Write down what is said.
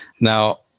Now